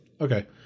Okay